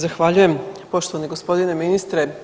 Zahvaljujem poštovani gospodine ministre.